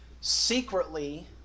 secretly